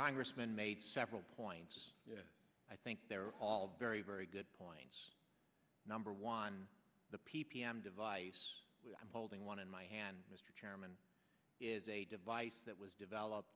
congressman made several points i think they're all very very good points number one the p p m device i'm holding one in my hand mr chairman is a device that was developed